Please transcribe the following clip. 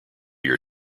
your